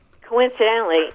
coincidentally